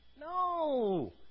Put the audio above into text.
No